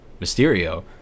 mysterio